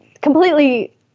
completely